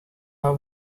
our